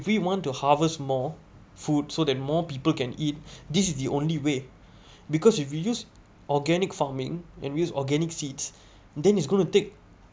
we want to harvest more food so that more people can eat this is the only way because if you use organic farming and use organic seeds then is gonna to take